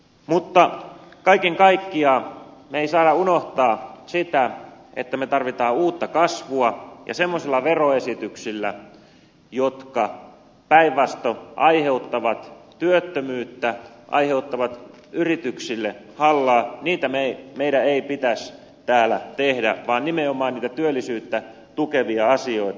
mutta kaiken kaikkiaan me emme saa unohtaa sitä että me tarvitsemme uutta kasvua ja semmoisia veroesityksiä jotka päinvastoin aiheuttavat työttömyyttä aiheuttavat yrityksille hallaa meidän ei pitäisi täällä tehdä vaan nimenomaan niitä työllisyyttä tukevia asioita